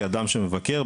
כאדם שמבקר,